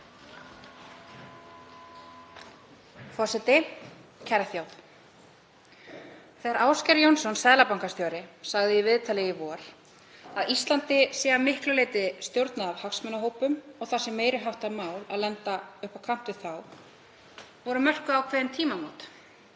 Þegar Ásgeir Jónsson seðlabankastjóri sagði í viðtali í vor að Íslandi væri að miklu leyti stjórnað af hagsmunahópum og það væri meiri háttar mál að lenda upp á kant við þá, voru mörkuð ákveðin tímamót.